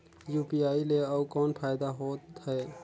UPI ले अउ कौन फायदा होथ है?